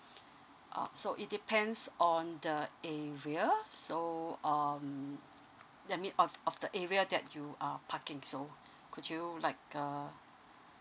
oh so it depends on the area so um that mean of of the area that you are parking so could you like uh